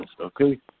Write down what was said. okay